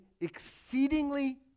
exceedingly